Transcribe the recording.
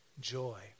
joy